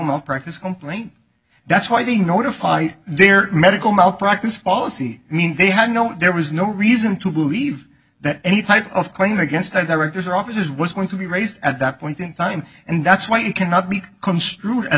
malpractise complaint that's why they notify their medical malpractise policy mean they had no there was no reason to believe that any type of claim against the directors or officers was going to be raised at that point in time and that's why it cannot be construed as